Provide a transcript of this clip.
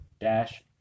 dash